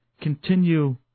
continue